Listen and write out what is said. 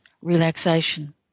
relaxation